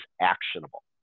actionable